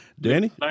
Danny